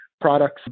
products